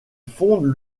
fondent